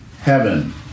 heaven